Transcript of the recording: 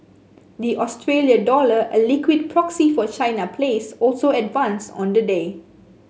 the Australia dollar a liquid proxy for China plays also advanced on the day